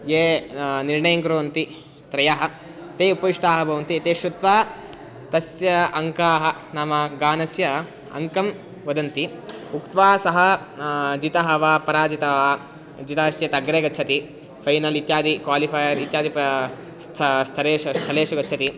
ये निर्णयं कुर्वन्ति त्रयः ते उपविष्टाः भवन्ति ते श्रुत्वा तस्य अङ्काः नाम गानस्य अङ्कं वदन्ति उक्त्वा सः जितः वा पराजितः वा जितश्चेत् अग्रे गच्छति फ़ैनल् इत्यादि क्वालिफ़यर् इत्यादिषु स्थरेषु स्थरेषु स्थलेषु गच्छति